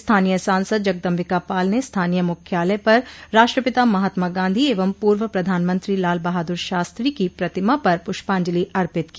स्थानीय सांसद जगदम्बिका पाल ने स्थानीय मुख्यालय पर राष्ट्रपिता महात्मा गांधी एवं पूर्व प्रधानमंत्री लाल बहादुर शास्त्री की प्रतिमा पर पुष्पांजलि अर्पित की